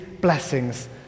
blessings